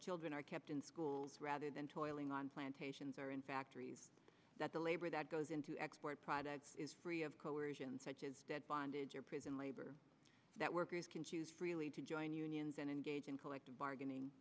children are kept in schools rather than toiling on plantations or in factories that the labor that goes into export products is free of coersion such as dead bondage or prison labor that workers can choose freely to join unions and engage in collective bargaining